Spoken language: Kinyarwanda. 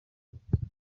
butegetsi